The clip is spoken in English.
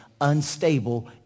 unstable